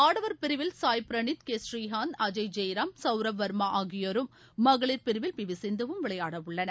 ஆடவர் பிரிவில் சாய் பிரனீத் கே ஸ்ரீகாந்த் அஜய் ஜெய்ராம் சௌரவ் வர்மா ஆகியோரும் மகளிர் பிரிவில் பி வி சிந்துவும் விளையாடவுள்ளனர்